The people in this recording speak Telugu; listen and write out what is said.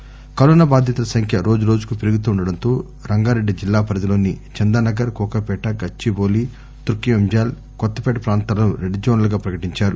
రెడ్ జోన్ కరోనా బాధితుల సంఖ్య రోజురోజుకూ పెరుగుతుండటంతో రంగారెడ్డి జిల్లా పరిధిలోని చందానగర్ కోకాపేట గచ్చిబాలి తుర్కయాంజల్ కొత్తపేట ప్రాంతాలను రెడ్ జోన్గా ప్రకటించారు